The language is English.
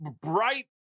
bright